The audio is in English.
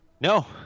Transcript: no